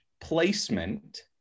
placement